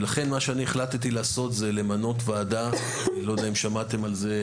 ולכן מה שאני החלטתי לעשות זה למנות ועדה אני לא יודע אם שמעתם על זה,